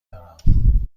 دارم